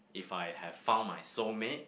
if I have found my soul mate